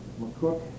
McCook